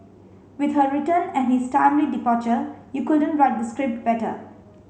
with her return and his timely departure you couldn't write the script better